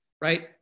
right